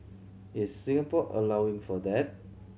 is Singapore allowing for that